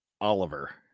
Oliver